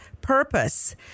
purpose